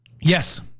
Yes